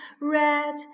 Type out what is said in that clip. Red